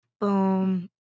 Boom